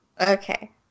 Okay